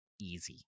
Easy